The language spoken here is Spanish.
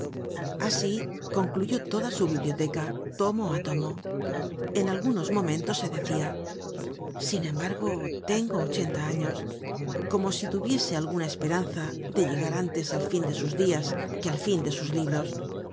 asi concluyó toda su biblioteca tomo á tomo en algunos momentos se decia sin embargo tengo ochenta años como si tuviese alguna esperanza de llegar antes al fin de sus dias que al fin de sus libros